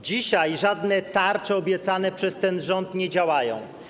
Dzisiaj żadne tarcze obiecane przez ten rząd nie działają.